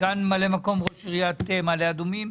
סגן ממלא מקום ראש עיריית מעלה אדומים,